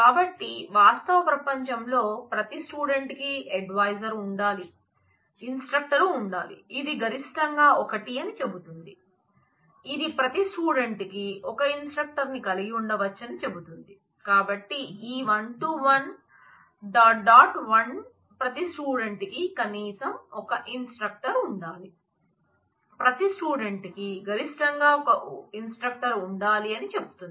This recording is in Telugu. కాబట్టి వాస్తవ ప్రపంచంలో ప్రతి స్టూడెంట్ డాట్ డాట్ వన్ ప్రతి స్టూడెంట్ కి కనీసం ఒక ఇన్స్ట్రక్టర్ ఉండాలి ప్రతి స్టూడెంట్ కి గరిష్టంగా ఒక ఇన్స్ట్రక్టర్ ఉండాలి అని చెప్తుంది